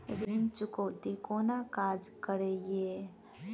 ऋण चुकौती कोना काज करे ये?